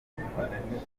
b’abanyafurika